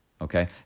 okay